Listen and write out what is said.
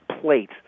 plate